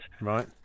Right